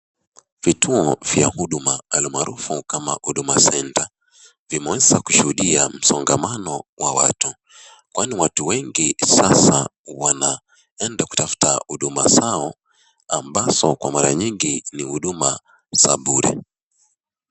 Vituo vya huduma almarufu kama Huduma Center vimeweza kushuhudia msangamano wa watu, kwani watu wengi sasa wanaenda kutafuta huduma zao, ambazo kwa mara mingi ni huduma za bure.